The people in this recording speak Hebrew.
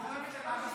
ובואו נשנה מבפנים.